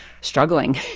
struggling